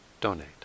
donate